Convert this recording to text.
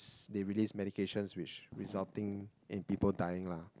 they release medications which resulting in people dying lah